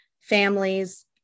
families